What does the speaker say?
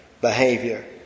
behavior